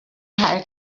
how